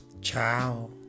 ciao